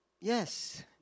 yes